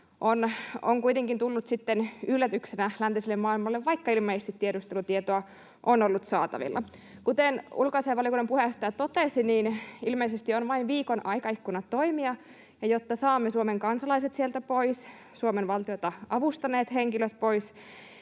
on kuitenkin tullut yllätyksenä läntiselle maailmalle, vaikka ilmeisesti tiedustelutietoa on ollut saatavilla. Kuten ulkoasiainvaliokunnan puheenjohtaja totesi, niin ilmeisesti on vain viikon aikaikkuna toimia, ja jotta saamme Suomen kansalaiset sieltä pois, Suomen valtiota avustaneet henkilöt pois,